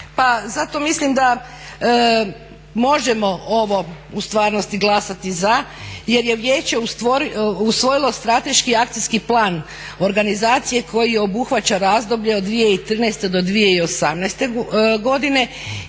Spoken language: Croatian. pa zato mislim da možemo ovo u stvarnosti glasati za jer je Vijeće usvojilo Strateški akcijski plan organizacije koji obuhvaća razdoblje od 2013. do 2018. godine